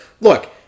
look